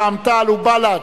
רע"ם-תע"ל ובל"ד,